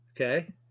Okay